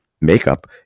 makeup